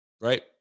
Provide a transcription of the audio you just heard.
right